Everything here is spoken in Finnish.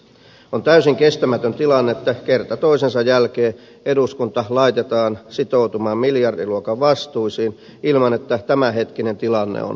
on täysin kestämätön tilanne että kerta toisensa jälkeen eduskunta laitetaan sitoutumaan miljardiluokan vastuisiin ilman että tämänhetkinen tilanne on selvillä